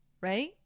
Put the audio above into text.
right